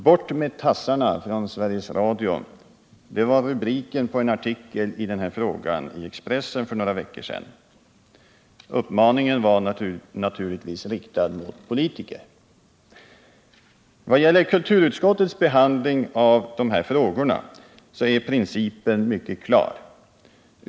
”Bort med tassarna från Sveriges Radio” var rubriken på en artikel i denna fråga i Expressen för några veckor sedan. Uppmaningen var riktad till politiker. Vad gäller kulturutskottets behandling av dessa frågor är principen mycket klar.